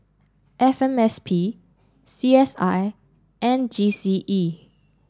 F M S P C S I and G C E